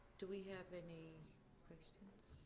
do we have any questions?